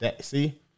See